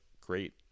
great